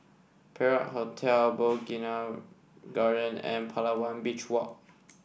Perak Hotel Bougainvillea Garden and Palawan Beach Walk